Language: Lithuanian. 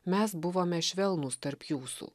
mes buvome švelnūs tarp jūsų